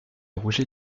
rougit